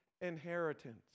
inheritance